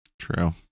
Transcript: True